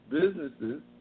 businesses